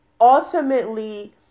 ultimately